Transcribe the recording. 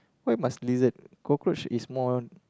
why must lizard cockroach is more